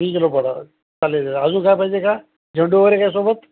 तीन किलो पाठवा चालेल अजून काय पाहिजे का झेंडूवगैरे काय सोबत